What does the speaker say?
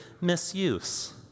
misuse